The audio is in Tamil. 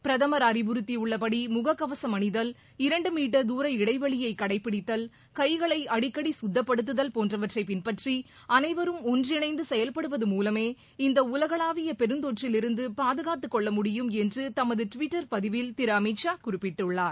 பிரதமர் அறிவுறுத்தியுள்ளபடி முகக்கவசம் அணிதல் இரண்டு மீட்டர் துர இடைவெளியை கடைப்படித்தல் கைகளை அடிக்கடி கத்தப்படுத்துதல் போன்றவற்றை பின்பற்றி அனைவரும் ஒன்றிணைந்து செயல்படுவது மூலமே இந்த உலகளாவிய பெருந்தொற்றில் இருந்து பாதுகாத்துக் கொள்ள முடியும் என்று தமது டுவிட்டர் பதிவில் திரு அமித்ஷா குறிப்பிட்டுள்ளார்